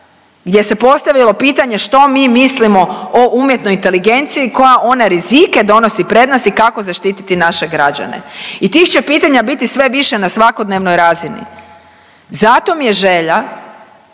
gdje se postavilo pitanje što mi mislimo o umjetnoj inteligenciji, koje ona rizike donosi pred nas i kako zaštititi naše građane. I tih će pitanja biti sve više na svakodnevnoj razini. Zato mi je želja